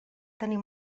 tenir